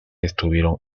estuvieron